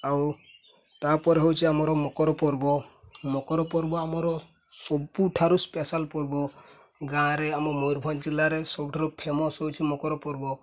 ଆଉ ତା'ପରେ ହେଉଛି ଆମର ମକର ପର୍ବ ମକର ପର୍ବ ଆମର ସବୁଠାରୁ ସ୍ପେଶିଆଲ ପର୍ବ ଗାଁରେ ଆମ ମୟୂରଭଞ୍ଜ ଜିଲ୍ଲାରେ ସବୁଠାରୁ ଫେମସ୍ ହେଉଛି ମକର ପର୍ବ